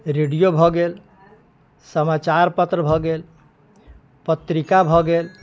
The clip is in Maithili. रेडियो भऽ गेल समाचारपत्र भऽ गेल पत्रिका भऽ गेल